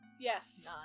Yes